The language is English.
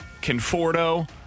Conforto